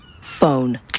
Phone